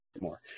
more